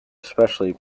especially